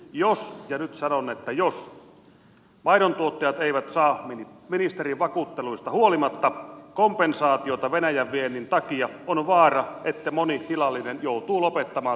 jos ja nyt sanon että jos maidontuottajat eivät saa ministerin vakuutteluista huolimatta kompensaatiota venäjän viennin takia on vaara että moni tilallinen joutuu lopettamaan toimintansa